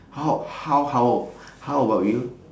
how how how how about you